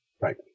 Right